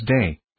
day